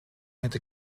hätte